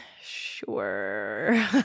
sure